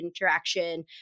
interaction